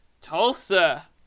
Tulsa